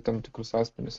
tam tikrus asmenis